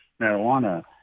marijuana